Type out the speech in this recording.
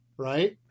Right